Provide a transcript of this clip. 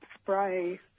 spray